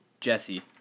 Jesse